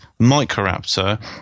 Microraptor